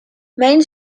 mijn